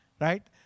right